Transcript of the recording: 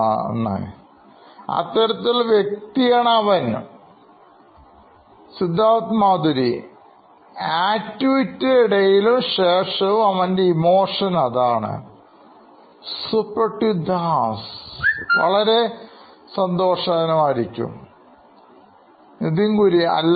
Nithin Kurian COO Knoin Electronics അത്തരത്തിലുള്ള ഒരു വ്യക്തിയാണ് അവൻ Siddharth Maturi CEO Knoin Electronics ആക്ടിവിറ്റിയുടെ ഇടയിലുംശേഷവും അവൻറെ ഇമോഷൻ അതാണ് Suprativ Das CTO Knoin Electronics വളരെ സന്തോഷവാനായിരിക്കും Nithin Kurian COO Knoin Electronics അല്ല